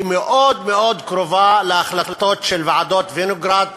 היא מאוד מאוד קרובה להחלטות של ועדת וינוגרד